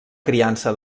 criança